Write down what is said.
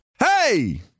Hey